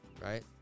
right